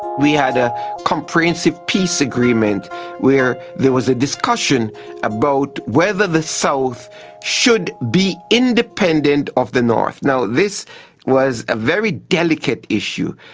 we had a comprehensive peace agreement where there was a discussion about whether the south should be independent of the north. this was a very delicate issue,